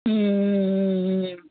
ம் ம் ம் ம்